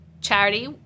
charity